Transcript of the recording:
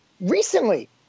recently